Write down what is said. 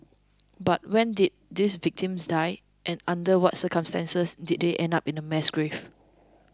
but when did these victims die and under what circumstances did they end up in a mass grave